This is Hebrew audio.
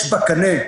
יש בקנה,